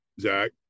Zach